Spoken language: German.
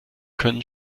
können